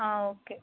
okay